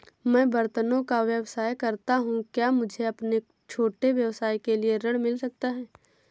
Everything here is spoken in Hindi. मैं बर्तनों का व्यवसाय करता हूँ क्या मुझे अपने छोटे व्यवसाय के लिए ऋण मिल सकता है?